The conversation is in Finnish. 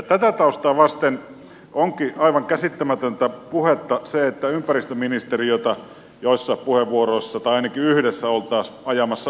tätä taustaa vasten onkin aivan käsittämätöntä puhetta se että ympäristöministeriötä joissain puheenvuoroissa tai ainakin yhdessä oltaisiin ajamassa alas